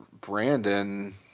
brandon